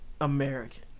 American